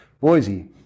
Boise